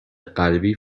قلبی